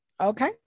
okay